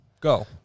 Go